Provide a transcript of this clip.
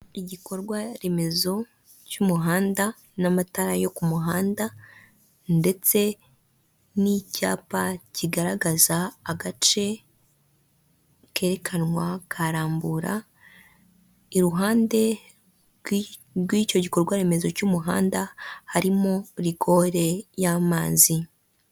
Igikorwaremezo cy'umuhanda n'amatara yo ku muhanda, ndetse n'icyapa kigaragaza agace kerekanwa ka Rambura, iruhande rw'icyo gikorwa remezo cy'umuhanda harimo rigore y'amazi.